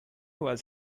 was